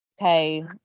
okay